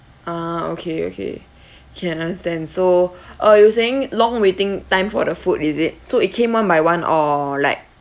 ah okay okay can understand so uh you were saying long waiting time for the food is it so it came one by one or like